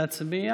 ההצעה להעביר